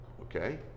Okay